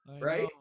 Right